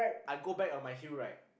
I go back on my heel right